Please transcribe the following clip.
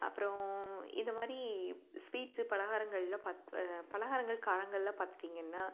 அப்புறம் இந்த மாதிரி ஸ்வீட்ஸு பலகாரங்கள்லாம் பாத் பலகாரங்கள் காரங்கள்லாம் பார்த்துட்டீங்கன்னா